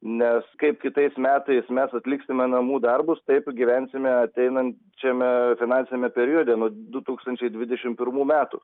nes kaip kitais metais mes atliksime namų darbus taip ir gyvensime ateinančiame finansiniame periode nuo du tūkstančiai dvidešim pirmų metų